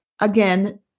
Again